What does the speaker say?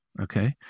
okay